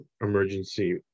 emergency